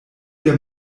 der